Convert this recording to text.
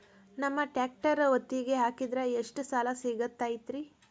ನಮ್ಮ ಟ್ರ್ಯಾಕ್ಟರ್ ಒತ್ತಿಗೆ ಹಾಕಿದ್ರ ಎಷ್ಟ ಸಾಲ ಸಿಗತೈತ್ರಿ?